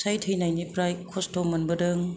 फिसाइ थैनायनिफ्राय खसथ' मोनबोदों